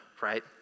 Right